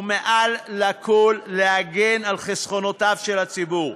ומעל הכול להגן על חסכונותיו של הציבור.